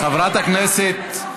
חברת הכנסת.